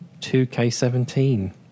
2K17